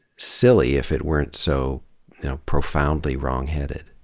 silly if it weren't so profoundly wrongheaded.